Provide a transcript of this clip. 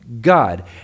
God